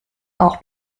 auch